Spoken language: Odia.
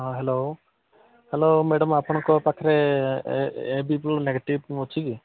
ହଁ ହେଲୋ ହେଲୋ ମ୍ୟାଡମ୍ ଆପଣଙ୍କ ପାଖରେ ଏ ବିି ନେଗେଟିଭ୍ ଅଛି କି